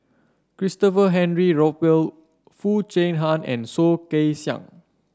Christopher Henry Rothwell Foo Chee Han and Soh Kay Siang